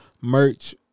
Merch